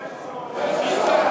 לזה,